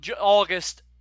August